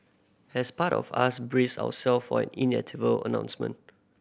has part of us braced ourselves for an inevitable announcement